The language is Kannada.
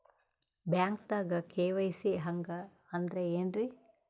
ಬ್ಯಾಂಕ್ದಾಗ ಕೆ.ವೈ.ಸಿ ಹಂಗ್ ಅಂದ್ರೆ ಏನ್ರೀ?